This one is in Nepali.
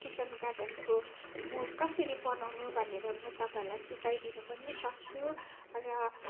किचन गार्डनको मल कसरी बनाउनु भनेर म तपाईँहरूलाई सिकाइदिनु पनि सक्छु र